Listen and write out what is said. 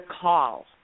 call